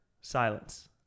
Silence